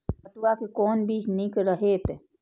पटुआ के कोन बीज निक रहैत?